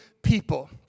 people